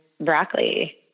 broccoli